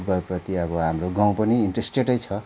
फुटबलप्रति अब हाम्रो गाउँ पनि इन्ट्रेस्टेडै छ